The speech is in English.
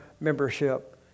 membership